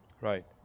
right